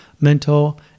mental